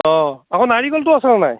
অঁ আকৌ নাৰিকলটো আছেনে নাই